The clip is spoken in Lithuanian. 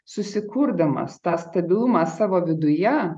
susikurdamas tą stabilumą savo viduje